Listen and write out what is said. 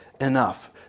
enough